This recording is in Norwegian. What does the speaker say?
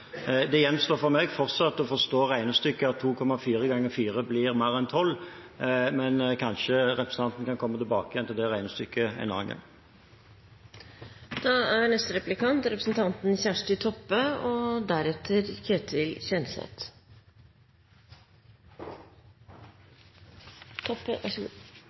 Det gjenstår for meg fortsatt å forstå at 2,4 ganger 4 blir mer enn 12, men kanskje representanten kan komme tilbake igjen til det regnestykket en annen gang. Først vil eg òg få gratulera Bent Høie som statsråd og